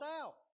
out